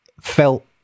felt